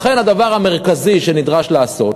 לכן, הדבר המרכזי שנדרש לעשות